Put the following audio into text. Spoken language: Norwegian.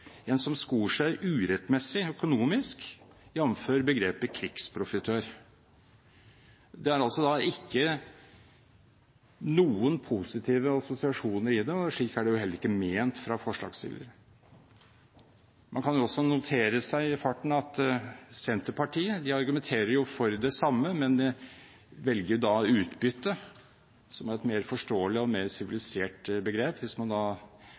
en som skor seg urettmessig økonomisk, jf. begrepet «krigsprofitør». Det er altså ikke noen positive assosiasjoner i det, og slik er det heller ikke ment fra forslagsstillers side. Man kan også i farten notere seg at Senterpartiet argumenterer for det samme, men velger begrepet «utbytte», som er et mer forståelig og mer sivilisert begrep, og ønsker da